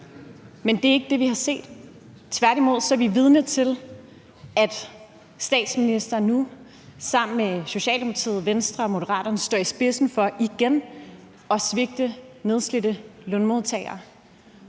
Men det er ikke det, vi har set. Tværtimod er vi vidne til, at statsministeren nu sammen med Socialdemokratiet, Venstre og Moderaterne står i spidsen for igen at svigte nedslidte lønmodtagere.